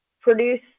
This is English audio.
produce